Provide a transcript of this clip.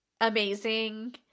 amazing